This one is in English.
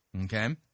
okay